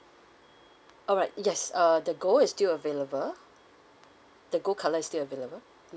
alright yes err the gold is still available the gold colour is still available